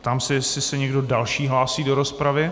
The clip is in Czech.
Ptám se, jestli se někdo další hlásí do rozpravy.